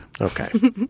Okay